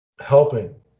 helping